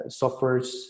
softwares